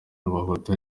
y’abahutu